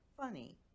funny